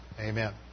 Amen